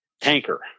tanker